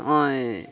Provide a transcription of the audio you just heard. ᱱᱚᱜᱼᱚᱭ